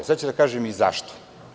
Sada ću da kažem i zašto.